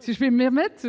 si je vais même être